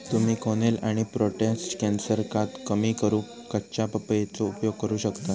तुम्ही कोलेन आणि प्रोटेस्ट कॅन्सरका कमी करूक कच्च्या पपयेचो उपयोग करू शकतास